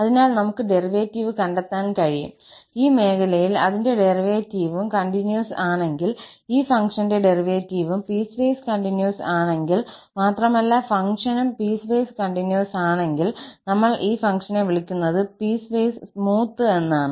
അതിനാൽ നമുക്ക് ഡെറിവേറ്റീവ് കണ്ടെത്താൻ കഴിയും ഈ മേഖലയിൽ അതിന്റെ ഡെറിവേറ്റീവും കണ്ടിന്യൂസ് ആണെങ്കിൽ ഈ ഫംഗ്ഷന്റെ ഡെറിവേറ്റീവും പീസ്വൈസ് കണ്ടിന്യൂസ് ആണെങ്കിൽ മാത്രമല്ല ഫംഗ്ഷനും പീസ്വൈസ് കണ്ടിന്യൂസ് ആണെങ്കിൽ നമ്മൾ ഈ ഫംഗ്ഷനെ വിളിക്കുന്നത് പീസ്വൈസ് സ്മൂത് എന്നാണ്